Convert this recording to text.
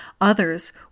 Others